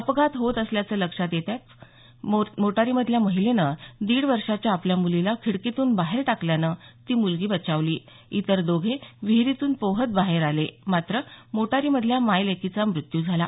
अपघात होत असल्याचं लक्षात येताच मोटारीमधल्या महिलेने दीड वर्षाच्या आपल्या मुलीला खिडकीतून बाहेर टाकल्यानं ती मुलगी बचावली इतर दोघे विहिरीतून पोहत बाहेर आले मात्र मोटारीमधल्या मायलेकीचा मृत्यू झाला